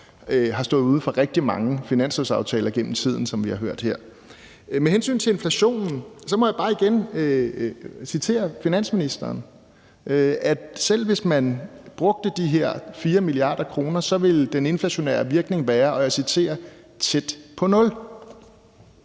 har stået uden for rigtig mange finanslovsaftaler gennem tiden, som vi har hørt her. Med hensyn til inflationen må jeg bare igen citere finansministeren i forhold til det her med, at selv hvis man brugte de her 4 mia. kr., ville den inflationære virkning være »tæt på nul«.